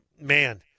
man